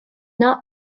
not